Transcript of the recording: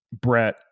Brett